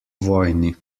vojni